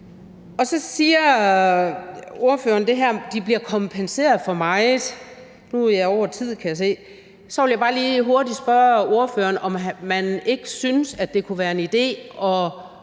Så siger ordføreren, at de bliver kompenseret for meget. Nu er jeg gået over tid, kan jeg se. Så vil jeg bare lige hurtigt spørge ordføreren, om man ikke synes, at det kunne være en idé at